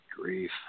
grief